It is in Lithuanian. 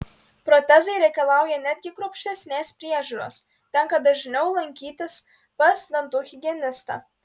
protezai reikalauja netgi kruopštesnės priežiūros tenka dažniau lankytis pas dantų higienistą